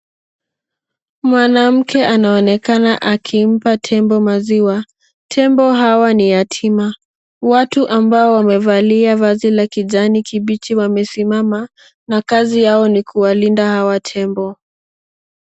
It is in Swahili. Mwanamke anaonekana akimpa tembo maziwa. Tembo hawa ni yatima. Watu ambao wamevalia vazi la kijani kibichi wamesimama na kazi yao ni kuwalinda hawa tembo.